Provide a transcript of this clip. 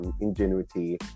ingenuity